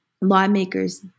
lawmakers